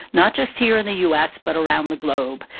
not just here in the u s, but around the globe.